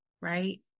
right